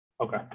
okay